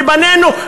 לבנינו,